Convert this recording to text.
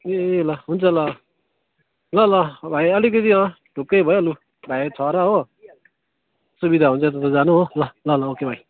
ए ल हुन्छ ल ल ल भाइ अलिकति अँ ढुक्कै भयो भाइ छ र हो सुविधा हुन्छ त्यता जानु हो ल ल ओके भाइ